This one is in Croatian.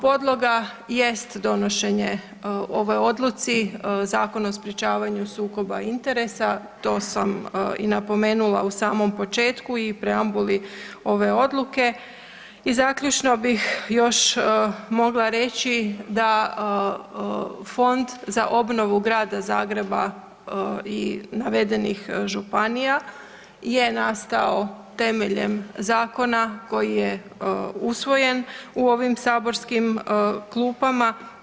Podloga jest donošenje ovoj odluci Zakona o sprječavanju sukoba interesa to sam i napomenula u samom početku i preambuli ove odluke i zaključno bih još mogla reći da Fond za obnovu Grada Zagreba i navedenih županija je nastavo temeljem zakona koji je usvojen u ovim saborskim klupama.